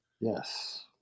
Yes